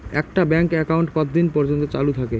একটা bank account কতদিন পর্যন্ত চালু থাকে?